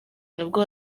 nabwo